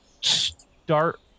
start